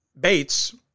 Bates